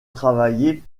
travailler